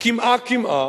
וקמעה קמעה,